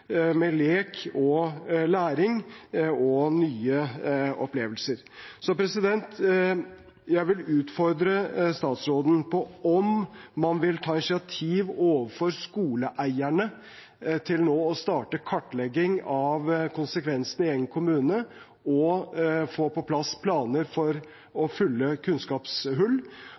med lek og læring og nye opplevelser. Jeg vil utfordre statsråden på om man vil ta initiativ overfor skoleeierne til nå å starte kartlegging av konsekvensene i egen kommune og få på plass planer for å tette kunnskapshull.